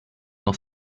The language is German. noch